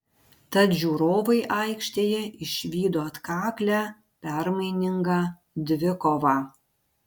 tad žiūrovai aikštėje išvydo atkaklią permainingą dvikovą